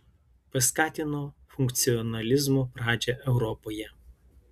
paskatino funkcionalizmo pradžią europoje